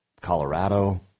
Colorado